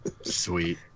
Sweet